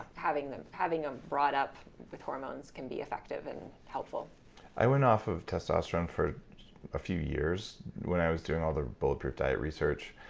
having them ah brought up with hormones can be effective and helpful i went off of testosterone for a few years when i was doing all the bulletproof diet research,